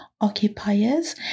occupiers